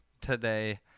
today